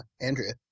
Andrea